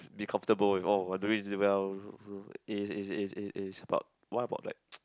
be comfortable with orh doing this well is is is is is about what about like